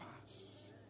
pass